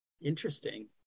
Interesting